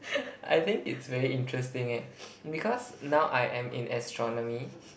I think it's very interesting eh because now I am in astronomy